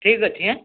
ଠିକ୍ ଅଛି ହାଁ